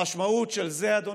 המשמעות של זה, אדוני,